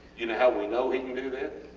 you know how we know he can do that?